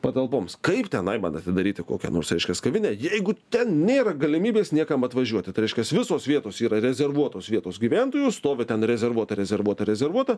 patalpoms kaip tenai man atidaryti kokią nors reiškias kavinę jeigu ten nėra galimybės niekam atvažiuoti tai reiškias visos vietos yra rezervuotos vietos gyventojų stovi ten rezervuota rezervuota rezervuota